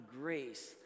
grace